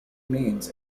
means